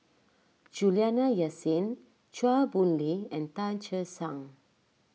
Juliana Yasin Chua Boon Lay and Tan Che Sang